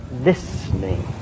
listening